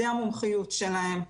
זו המומחיות שלהם.